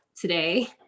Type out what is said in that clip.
today